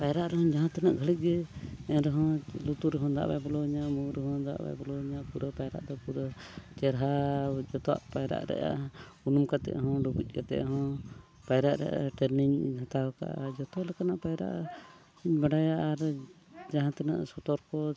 ᱯᱟᱭᱨᱟᱜ ᱨᱮᱦᱚᱧ ᱡᱟᱦᱟᱸ ᱛᱤᱱᱟᱹᱜ ᱜᱷᱟᱹᱲᱤᱡ ᱜᱮ ᱮᱱᱨᱮᱦᱚᱧ ᱞᱩᱛᱩᱨ ᱨᱮᱦᱚᱸ ᱫᱟᱜ ᱵᱟᱭ ᱵᱚᱞᱚᱣᱧᱟ ᱢᱩ ᱨᱮᱦᱚᱸ ᱫᱟᱜ ᱵᱟᱭ ᱵᱚᱞᱚᱣᱧᱟ ᱯᱩᱨᱟᱹ ᱯᱟᱭᱨᱟᱜ ᱫᱚ ᱯᱩᱨᱟᱹ ᱪᱮᱨᱦᱟ ᱡᱚᱛᱚᱣᱟᱜ ᱯᱟᱭᱨᱟᱜ ᱨᱮᱭᱟᱜ ᱩᱱᱩᱢ ᱠᱟᱛᱮᱫᱦᱚᱸ ᱰᱩᱵᱩᱡ ᱠᱟᱛᱮᱫ ᱦᱚᱸ ᱯᱟᱭᱨᱟᱜ ᱨᱮᱭᱟᱜ ᱴᱨᱮᱱᱤᱝ ᱤᱧ ᱦᱟᱛᱟᱣ ᱠᱟᱜᱼᱟ ᱡᱚᱛᱚ ᱞᱮᱠᱟᱱᱟᱜ ᱯᱟᱭᱨᱟᱜ ᱤᱧ ᱵᱟᱰᱟᱭᱟ ᱟᱨ ᱡᱟᱦᱟᱸ ᱛᱤᱱᱟᱹᱜ ᱥᱚᱛᱚᱨᱠᱚ